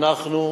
אנחנו,